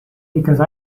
because